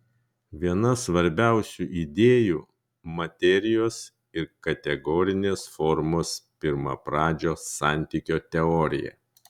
viena svarbiausių idėjų materijos ir kategorinės formos pirmapradžio santykio teorija